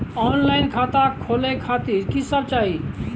Offline खाता खोले खातिर की सब चाही?